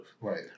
Right